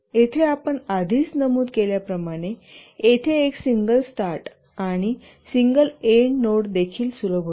येथे आपण आधीच नमूद केल्याप्रमाणे येथे एक सिंगल स्टार्ट आणि सिंगल एंड नोड देखील सुलभ होते